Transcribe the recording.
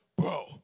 bro